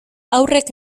haurrek